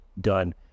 done